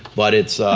but it's.